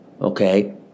Okay